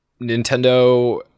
Nintendo